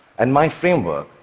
and my framework,